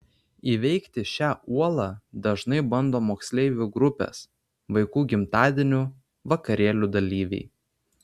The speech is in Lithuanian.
įveikti šią uolą dažnai bando moksleivių grupės vaikų gimtadienių vakarėlių dalyviai